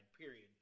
Period